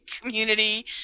community